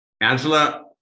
Angela